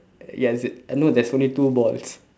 yes no there's only two balls